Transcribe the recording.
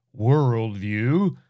worldview